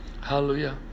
Hallelujah